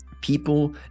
People